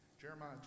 Jeremiah